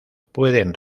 pueden